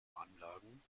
anlagen